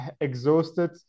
exhausted